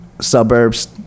suburbs